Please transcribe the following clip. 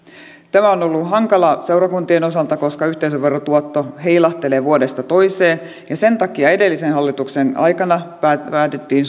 tämä on ollut hankalaa seurakuntien osalta koska yhteisöverotuotto heilahtelee vuodesta toiseen ja sen takia edellisen hallituksen aikana päädyttiin